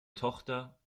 tochter